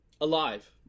Alive